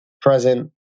present